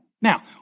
Now